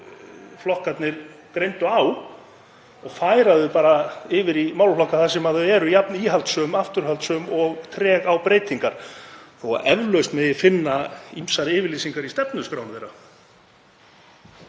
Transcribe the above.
stjórnarflokkana greindi á og færa þau bara yfir í málaflokka þar sem þau eru jafn íhaldssöm, afturhaldssöm og treg á breytingar þó að eflaust megi finna ýmsar yfirlýsingar í stefnuskrám þeirra.